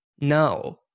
No